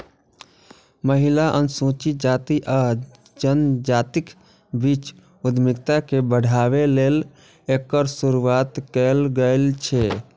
महिला, अनुसूचित जाति आ जनजातिक बीच उद्यमिता के बढ़ाबै लेल एकर शुरुआत कैल गेल छै